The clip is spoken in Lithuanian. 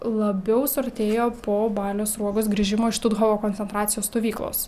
labiau suartėjo po balio sruogos grįžimo iš štuthofo koncentracijos stovyklos